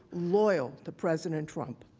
loyal to president trump.